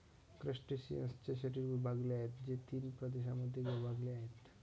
क्रस्टेशियन्सचे शरीर विभागलेले आहे, जे तीन प्रदेशांमध्ये विभागलेले आहे